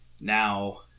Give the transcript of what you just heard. Now